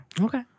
Okay